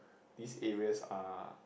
these areas are